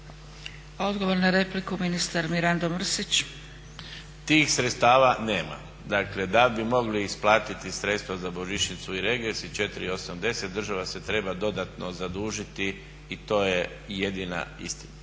Odgovor na repliku, ministar Mirandno Mrsić. **Mrsić, Mirando (SDP)** Tih sredstava nema. Dakle, da bi mogli isplatiti sredstva za božićnicu i regres i 4, 8, 10 država se treba dodatno zadužiti i to je jedina istina.